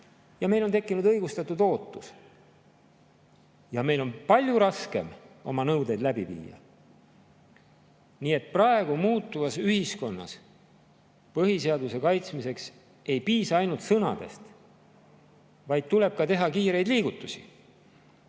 ja meil on tekkinud õigustatud ootus." Aga meil on siis palju raskem oma nõudeid jõustada. Nii et praegu, muutuvas ühiskonnas põhiseaduse kaitsmiseks ei piisa ainult sõnadest, vaid tuleb ka teha kiireid liigutusi.